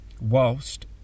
whilst